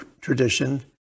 tradition